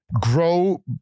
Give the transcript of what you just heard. grow